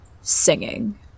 singing